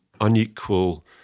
unequal